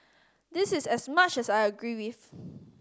this is as much as I agree with